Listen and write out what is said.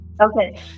Okay